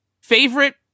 favorite